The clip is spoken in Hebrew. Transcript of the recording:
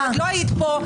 את לא היית פה.